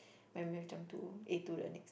my Math jump to A two the next